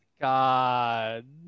God